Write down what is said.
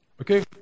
Okay